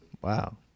Wow